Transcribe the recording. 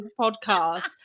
podcast